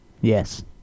Yes